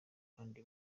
kandi